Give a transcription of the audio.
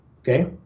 okay